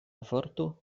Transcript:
vorto